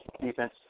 defense